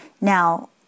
Now